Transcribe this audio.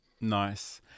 Nice